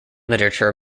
literature